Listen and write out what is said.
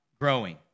growing